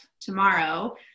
tomorrow